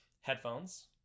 headphones